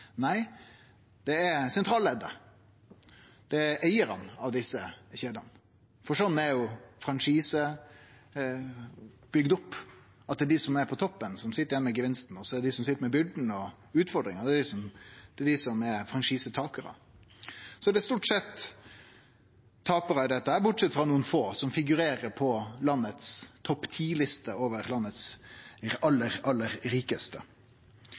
Nei, det er sentralleddet, det er eigarane av desse kjedene. For slik er franchise bygd opp, at det er dei som er på toppen, som sit igjen med gevinsten, og dei som sit med byrda og utfordringa, er franchisetakarane. Så det er stort sett taparar i dette, bortsett frå nokre få, som figurerer på topp 10-lista over dei aller, aller rikaste